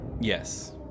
Yes